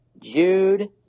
Jude